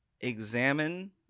examine